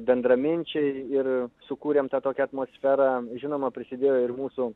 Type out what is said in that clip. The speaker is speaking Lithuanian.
bendraminčiai ir sukūrėm tą tokia atmosfera žinoma prisidėjo ir mūsų